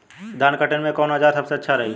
धान कटनी मे कौन औज़ार सबसे अच्छा रही?